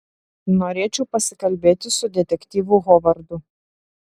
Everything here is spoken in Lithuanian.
norėčiau pasikalbėti su detektyvu hovardu